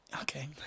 Okay